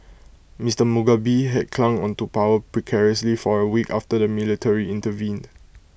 Mister Mugabe had clung on to power precariously for A week after the military intervened